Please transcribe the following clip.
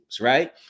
Right